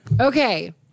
Okay